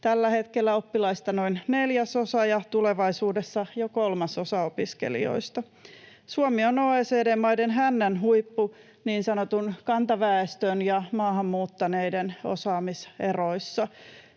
tällä hetkellä oppilaista noin neljäsosa ja tulevaisuudessa jo kolmasosa opiskelijoista. Suomi on OECD-maiden hännänhuippu niin sanotun kantaväestön ja maahan muuttaneiden osaamiseroissa,